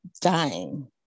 dying